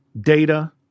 data